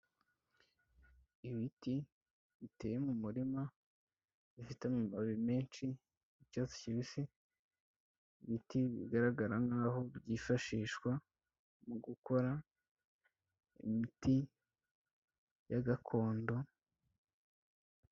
Ibiti biteye mu murima, bifite amababi menshi y'icyatsi kibisi. Ibiti bigaragara nkaho byifashishwa mu gukora imiti ya gakondo.